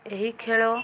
ଏହି ଖେଳ